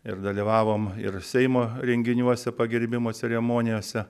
ir dalyvavom ir seimo renginiuose pagerbimo ceremonijose